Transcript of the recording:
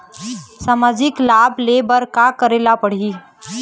सामाजिक लाभ ले बर का करे ला पड़ही?